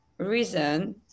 reason